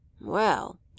Well